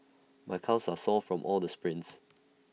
my calves are sore from all the sprints